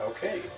Okay